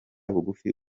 bugufi